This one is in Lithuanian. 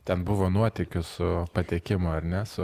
ten buvo nuotykis su patekimu ar ne su